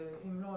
ואם לא,